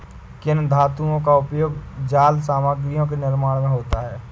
किन धातुओं का उपयोग जाल सामग्रियों के निर्माण में होता है?